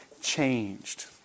changed